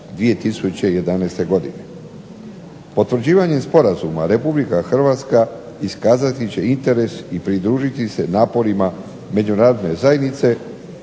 2011. godine. Potvrđivanjem sporazuma RH iskazati će interes i pridružiti se naporima međunarodne zajednice